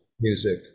music